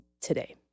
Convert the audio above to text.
today